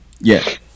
Yes